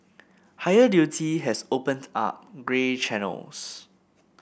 higher duty has opened up grey channels